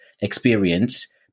experience